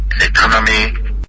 economy